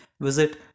visit